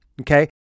okay